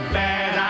bad